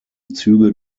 züge